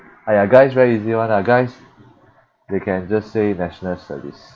!aiya! guys very easy [one] ah guys they can just say national service